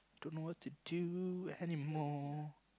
don't know what to do anymore